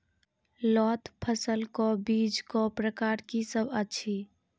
लोत फसलक बीजक प्रकार की सब अछि?